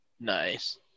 Nice